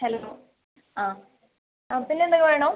hello ആ പിന്നെ ആ എന്തൊക്കെ വേണം